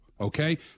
Okay